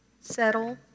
Settle